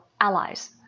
allies